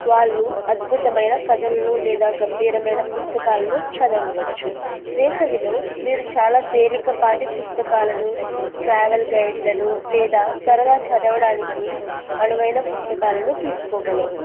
వాళ్ళు అద్భుతమైన కథలను లేదా గంభీరమైన పుస్తకాలను చదువవచ్చు వేసవిలో మీరు చాలా తేలికపాటి పుస్తకాలను ట్రావెల్ గైడ్లను లేదా సరదా చదవడానికి అనువైన పుస్తకాలను తీసుకోగలరు